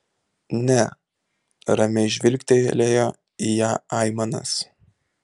ne ramiai žvilgtelėjo į ją aimanas